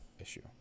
issue